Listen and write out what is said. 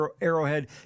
Arrowhead